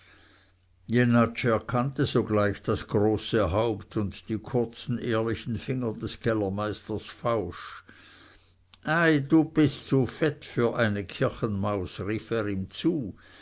erkannte sogleich das große haupt und die kurzen ehrlichen finger des kellermeisters fausch ei du bist zu fett für eine kirchenmaus rief er ihm zu